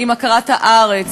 עם הכרת הארץ,